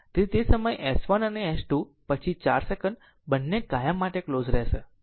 તેથી તે સમયે S1 અને S2 પછી 4 સેકંડ બંને કાયમ માટે ક્લોઝ રહેશે